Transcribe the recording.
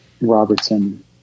Robertson